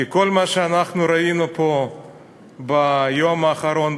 כי כל מה שאנחנו ראינו פה ביום האחרון,